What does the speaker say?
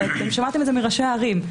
ושמעתם את זה מראשי הערים,